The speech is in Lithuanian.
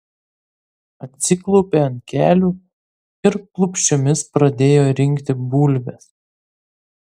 atsiklaupė ant kelių ir klūpsčiomis pradėjo rinkti bulves